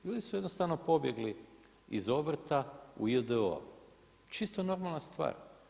Ljudi su jednostavno pobjegli iz obrta u JDO. čisto normalna stvar.